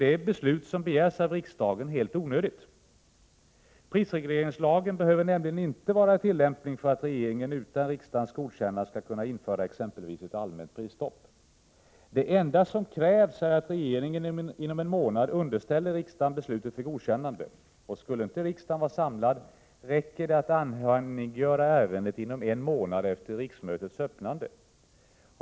Det beslut som begärs av riksdagen är till råga på allt helt onödigt. Prisregleringslagen behöver nämligen inte vara i tillämpning för att regeringen utan riksdagens godkännande skall kunna införa exempelvis ett allmänt prisstopp. Det enda som krävs är att regeringen inom en månad underställer riksdagen beslutet för godkännande. Skulle riksdagen inte vara samlad, räcker det att anhängiggöra ärendet inom en månad efter riksmötets öppnande.